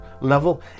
level